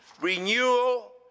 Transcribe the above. Renewal